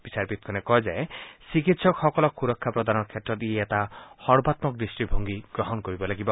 বিচাৰপীঠখনে কয় যে চিকিৎসকসকলক সুৰক্ষা প্ৰদানৰ ক্ষেত্ৰত ই এটা সৰ্বাঘক দৃষ্টিভংগী গ্ৰহণ কৰিব লাগিব